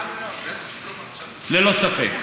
ללא ספק.